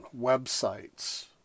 websites